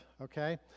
okay